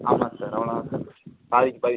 ஆமாம் சார் அவ்வளோதான் சார் பாதிக்கு பாதி சார்